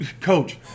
Coach